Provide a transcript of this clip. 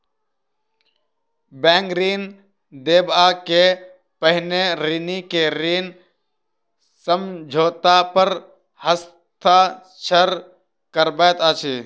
bank ऋण देबअ के पहिने ऋणी के ऋण समझौता पर हस्ताक्षर करबैत अछि